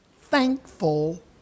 thankful